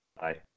Bye